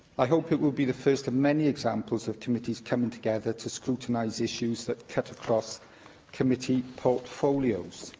i hope it will be the first of many examples of committees coming together to scrutinise issues that cut across committee portfolios.